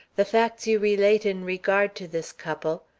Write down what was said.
the facts you relate in regard to this couple,